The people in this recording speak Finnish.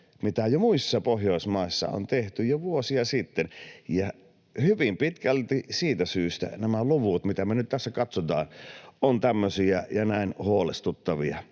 mitä muissa Pohjoismaissa on tehty jo vuosia sitten? Hyvin pitkälti siitä syystä nämä luvut, mitä me nyt tässä katsotaan, ovat tämmöisiä ja näin huolestuttavia.